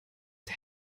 der